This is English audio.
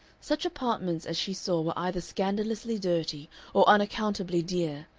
such apartments as she saw were either scandalously dirty or unaccountably dear,